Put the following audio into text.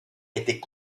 était